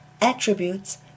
attributes